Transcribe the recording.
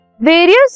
various